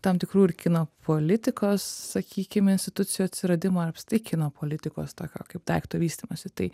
tam tikrų ir kino politikos sakykim institucijų atsiradimo ir apskritai kino politikos tokio kaip daikto vystymosi tai